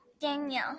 Daniel